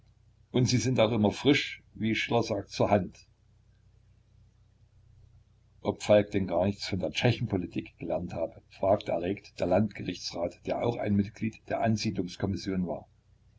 und sie sind auch immer frisch wie schiller sagt zur hand ob falk denn gar nichts von der tschechenpolitik gelernt habe fragte erregt der landgerichtsrat der auch ein mitglied der ansiedlungskommission war